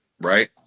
Right